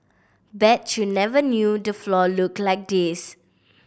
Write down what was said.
bet you never knew the floor looked like this